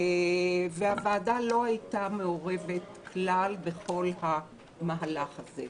הוועדה לא הייתה מעורבת כלל בכל המהלך הזה.